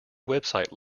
website